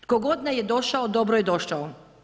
Tko god nam je došao, dobro je došao.